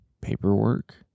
paperwork